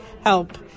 help